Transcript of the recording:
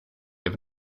have